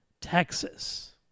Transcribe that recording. texas